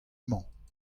mañ